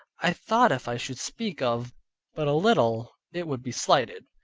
i thought if i should speak of but a little it would be slighted,